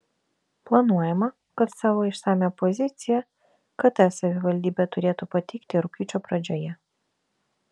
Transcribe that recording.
planuojama kad savo išsamią poziciją kt savivaldybė turėtų pateikti rugpjūčio pradžioje